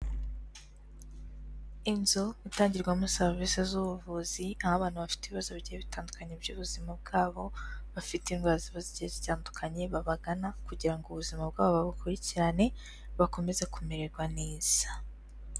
Inzu itangirwamo serivisi z'ubuvuzi, aho abantu bafite ibibazo bigiye bitandukanye by'ubuzima bwabo, bafite indwara ziba zigiye zitandukanye, babagana kugira ngo ubuzima bwabo babukurikirane, bakomeze kumererwa neza.